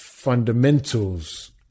fundamentals